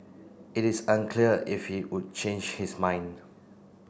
it is unclear if he would change his mind